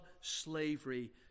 slavery